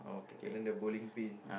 and then the bowling pins